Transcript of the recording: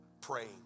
praying